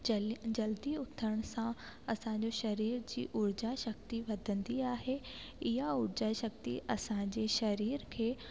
जल जल्दी उथण सां असांजो शरीर जी ऊर्जा शक्ति वधंदी आहे ईअं ऊर्जा शक्ति असांजी शरीर खे